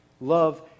Love